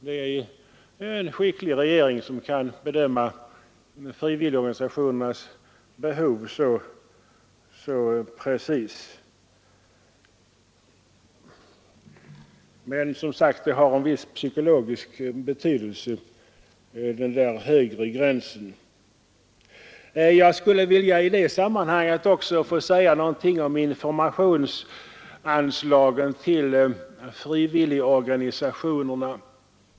Det är verkligen en skicklig regering som kan bedöma frivilligorganisationernas behov så precis! Den högre gränsen har som jag sagt en stor psykologisk betydelse. Jag skulle i det sammanhanget också vilja säga några ord om informationsanslagen till frivilligorganisationerna.